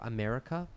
America